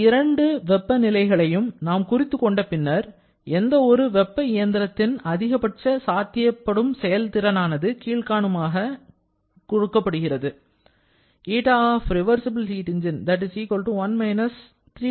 இந்த இரு வெப்பநிலை களையும் நாம் குறித்துக் கொண்ட பின்னர் எந்த ஒரு வெப்ப இயந்திரத்தின் அதிகப்பட்ச சாத்தியப்படும் செயல்திறனானது கீழ்காணுமாறு கொடுக்கப்படுகிறது